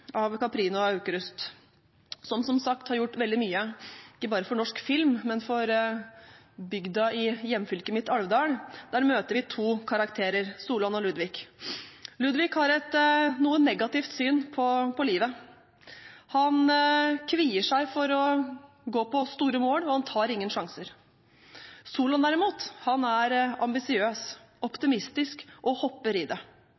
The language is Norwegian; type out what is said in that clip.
av Caprino og Aukrust, som – som sagt – har gjort veldig mye ikke bare for norsk film, men for bygda Alvdal i hjemfylket mitt, møter vi to karakterer: Solan og Ludvig. Ludvig har et noe negativt syn på livet. Han kvier seg for å gå på store mål, og han tar ingen sjanser. Solan, derimot, er ambisiøs, optimistisk og hopper i det.